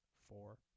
Four